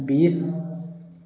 বিশ